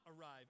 arrive